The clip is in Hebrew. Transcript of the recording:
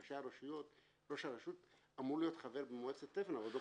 ראש הרשות אמור להיות חבר במועצת תפן אבל עוד לא